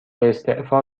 استعفا